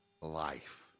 life